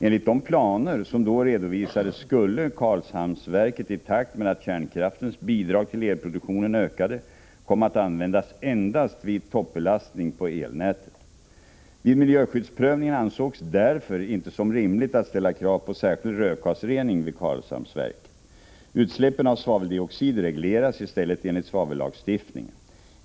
Enligt de planer som då redovisades skulle Karlshamnsverket i takt med att kärnkraftens bidrag till elproduk tionen ökade komma att användas endast vid toppbelastning på elnätet. Vid miljöskyddsprövningen ansågs därför inte som rimligt att ställa krav på särskild rökgasrening vid Karlshamnsverket. Utsläppen av svaveldioxid regleras i stället enligt svavellagstiftningen.